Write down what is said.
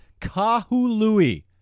Kahului